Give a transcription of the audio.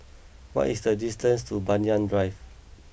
what is the distance to Banyan Drive